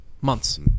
Months